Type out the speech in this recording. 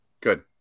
Good